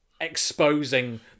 exposing